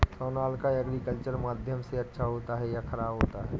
Sonalika agriculture माध्यम से अच्छा होता है या ख़राब होता है?